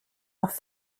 auch